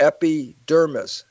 Epidermis